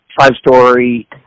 five-story